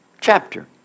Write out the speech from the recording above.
chapter